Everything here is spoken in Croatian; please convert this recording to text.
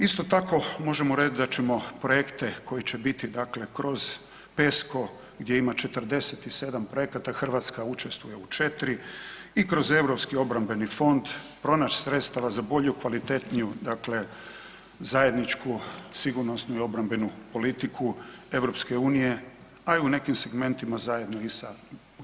Isto tako možemo reći da ćemo projekte koji će biti dakle kroz PESCO gdje ima 47 projekata, Hrvatska učestvuje u 4 i kroz Europski obrambeni fond, pronaći sredstava za bolju i kvalitetniju dakle zajedničku sigurnosnu i obrambenu politiku EU-a a i u nekim segmentima zajedno i sa UK-om.